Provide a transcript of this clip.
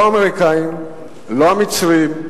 לא האמריקנים ולא המצרים,